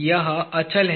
यह अचल है